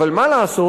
אבל מה לעשות,